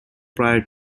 prior